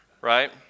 right